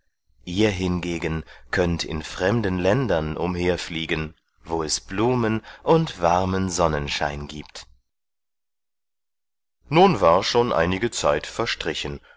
ihr hingegen könnt in fremden ländern umherfliegen wo es blumen und warmen sonnenschein giebt nun war schon einige zeit verstrichen